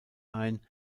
ein